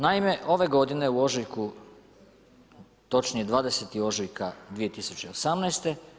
Naime, ove godine u ožujku, točnije 20. ožujka 2018.